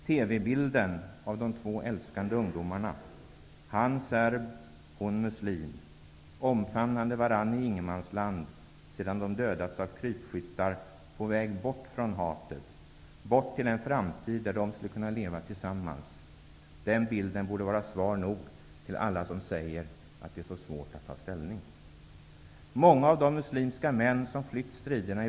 TV-bilden av de två älskande ungdomarna -- han serb, hon muslim -- omfamnande varandra i ingenmansland sedan de dödats av krypskyttar på väg bort från hatet, bort till en framtid där de skulle kunna leva tillsammans, borde vara svar nog till alla som säger att det är så svårt att ta ställning.